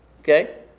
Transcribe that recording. Okay